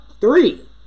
three